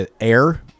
Air